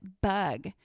bug